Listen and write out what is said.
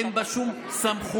אין בה שום סמכות.